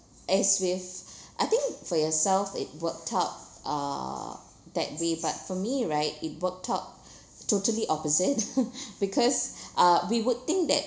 as with I think for yourselves it worked out uh that way but for me right it worked out totally opposite because uh we would think that